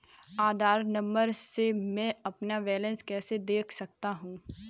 आधार number से मैं अपना बैलेंस कैसे देख सकता हूँ?